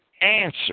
answer